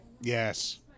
Yes